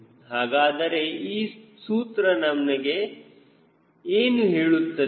ಹಾಗಾದರೆ ಈ ಸೂತ್ರ ನಮಗೆ ಏನು ಹೇಳುತ್ತದೆ